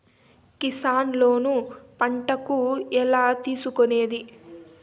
Kisan loan పంటలకు ఎలా తీసుకొనేది?